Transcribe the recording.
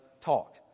talk